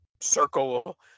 circle